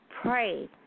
Pray